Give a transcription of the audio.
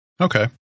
Okay